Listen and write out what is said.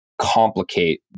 complicate